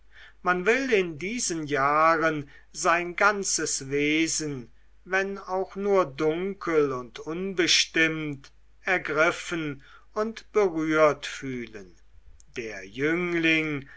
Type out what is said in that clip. man will in diesen jahren sein ganzes wesen wenn auch nur dunkel und unbestimmt ergriffen und berührt fühlen der jüngling